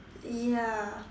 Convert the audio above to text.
ya